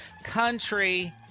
country